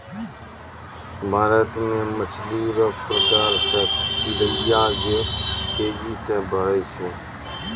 भारत मे मछली रो प्रकार मे तिलैया जे तेजी से बड़ै छै